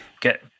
get